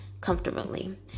comfortably